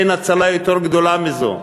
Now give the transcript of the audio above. אין הצלה יותר גדולה מזו,